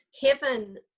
heaven